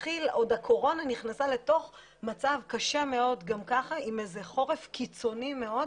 הקורונה נכנסה למצב קשה מאוד גם ככה עם חורף קיצוני מאוד